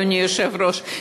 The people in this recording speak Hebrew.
אדוני היושב-ראש,